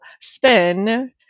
spin